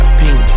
pink